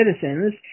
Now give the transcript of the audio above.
citizens